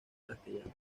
castellano